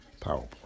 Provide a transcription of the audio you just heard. PowerPoint